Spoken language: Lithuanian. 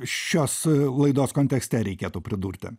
šios laidos kontekste reikėtų pridurti